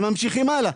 וממשיכים הלאה.